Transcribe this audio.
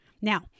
Now